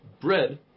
bread